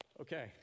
Okay